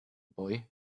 boy